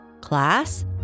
Class